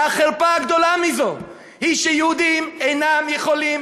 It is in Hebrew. והחרפה הגדולה מזאת היא שיהודים אינם יכולים